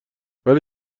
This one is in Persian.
ولی